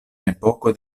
epoko